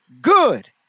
good